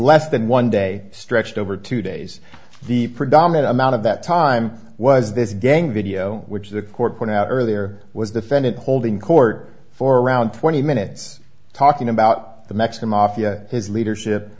less than one day stretched over two days the predominant amount of that time was this gang video which the court pointed out earlier was defendant holding court for around twenty minutes talking about the mexican mafia his leadership